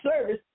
service